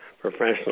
professional